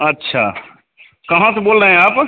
अच्छा कहाँ से बोल रहे हैं आप